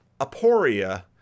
aporia